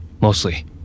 Mostly